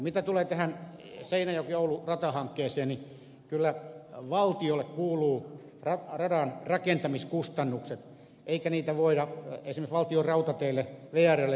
mitä tulee tähän seinäjokioulu ratahankkeeseen niin kyllä valtiolle kuuluvat radan rakentamiskustannukset eikä niitä voida esimerkiksi valtionrautateille vrlle siirtää